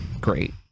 great